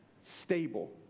stable